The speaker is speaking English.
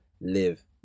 live